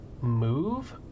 move